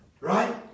right